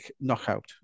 knockout